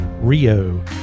Rio